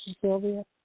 Sylvia